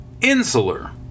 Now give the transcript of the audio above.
insular